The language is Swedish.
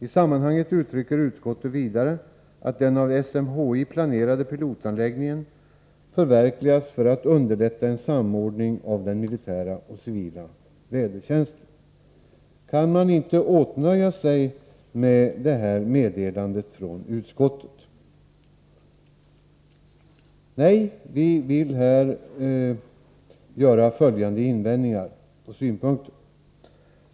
I sammanhanget uttrycker utskottet vidare att den av SMHI planerade pilotanläggningen bör förverkligas för att underlätta en samordning av den militära och civila vädertjänsten. Kan man inte nöja sig med detta meddelande från utskottet? Nej, vi vill här framföra följande invändningar och synpunkter.